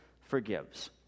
forgives